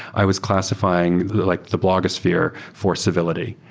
i was classifying like the blogosphere for civility,